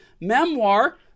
memoir